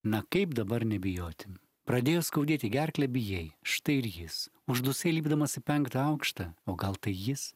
na kaip dabar nebijoti pradėjo skaudėti gerklę bijai štai ir jis uždusai lipdamas į penktą aukštą o gal tai jis